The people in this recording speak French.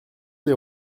les